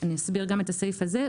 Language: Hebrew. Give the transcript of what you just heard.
אני אסביר גם את הסעיף הזה,